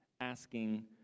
asking